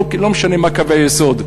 לא משנה מה קווי היסוד,